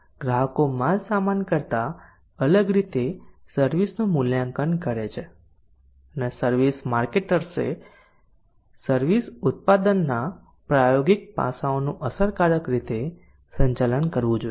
ગ્રાહકો માલસામાન કરતાં અલગ રીતે સર્વિસ નું મૂલ્યાંકન કરે છે અને સર્વિસ માર્કેટર્સે સર્વિસ ઉત્પાદનના પ્રાયોગિક પાસાઓનું અસરકારક રીતે સંચાલન કરવું જોઈએ